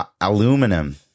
Aluminum